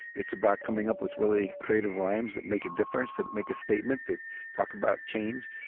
it's about coming up with really creative rhymes that make a difference, that make a statement, that talk about change.